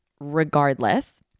regardless